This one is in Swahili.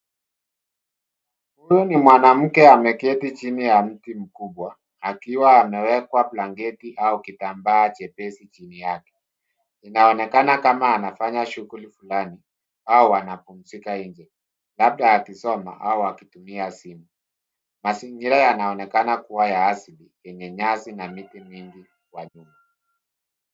Huyu ni mwanamke ameketi chini ya mti mkubwa, akiwa ameiweka blanketi au kitambaa chepesi chini yake. Inaonekana kama anafanya shughuli fulani au anapumzika nje labda akisoma au akitumia simu. Mazingira yanaonekana kuwa ya asili yenye nyasi na miti mingi Kwa nyuma.